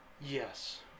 yes